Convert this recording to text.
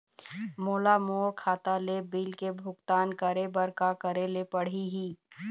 मोला मोर खाता ले बिल के भुगतान करे बर का करेले पड़ही ही?